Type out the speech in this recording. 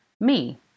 Me